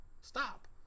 Stop